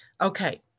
Okay